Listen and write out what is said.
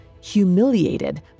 Humiliated